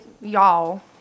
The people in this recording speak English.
y'all